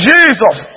Jesus